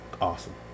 Awesome